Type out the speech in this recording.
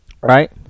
Right